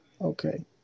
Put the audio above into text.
Okay